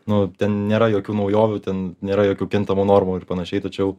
nu ten nėra jokių naujovių ten nėra jokių kintamų normų ir panašiai tačiau